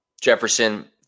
Jefferson